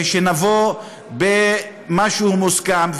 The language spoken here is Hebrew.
ונבוא במשהו מוסכם,